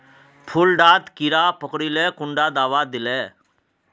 फुल डात कीड़ा पकरिले कुंडा दाबा दीले?